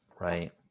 right